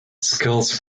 skills